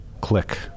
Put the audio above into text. Click